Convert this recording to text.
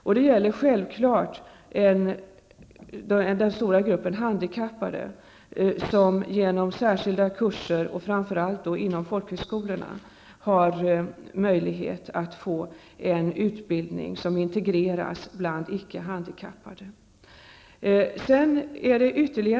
Självfallet drabbas också den stora gruppen handikappade, som genom särskilda kurser, framför allt inom folkhögskolorna, har möjlighet att få en utbildning som är integrerad med icke handikappades.